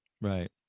Right